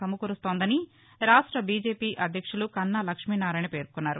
సమకూరుస్తోందని రాష్ట్ర బీజెపి అధ్యక్షులు కన్నా లక్ష్మీనారాయణ పేర్కొన్నారు